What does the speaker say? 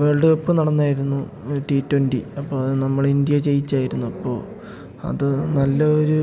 world cup നടന്നായിരുന്നു T twenty അപ്പം അത് നമ്മൾ ഇന്ത്യ ജയിച്ചായിരുന്നു അപ്പോൾ അത് നല്ലൊരു